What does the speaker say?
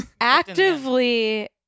actively